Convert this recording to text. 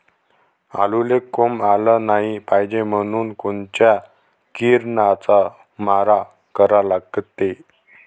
आलूले कोंब आलं नाई पायजे म्हनून कोनच्या किरनाचा मारा करा लागते?